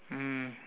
mm